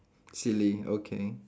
silly okay